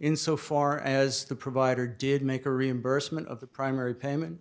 in so far as the provider did make a reimbursement of the primary payment